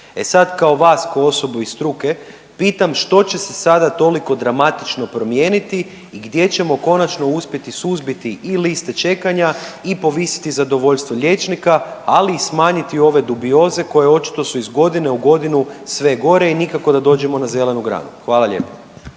E sad kao vas ko osobu iz struke pitam što će se sada toliko dramatično promijeniti i gdje ćemo konačno uspjeti suzbiti i liste čekanja i povisiti zadovoljstvo liječnika, ali i smanjiti ove dubioze koje očito su iz godine u godinu sve gore i nikako da dođemo na zelenu granu. Hvala lijepo.